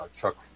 Chuck